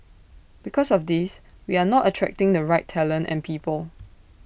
because of this we are not attracting the right talent and people